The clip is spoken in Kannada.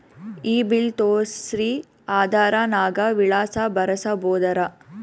ಈ ಬಿಲ್ ತೋಸ್ರಿ ಆಧಾರ ನಾಗ ವಿಳಾಸ ಬರಸಬೋದರ?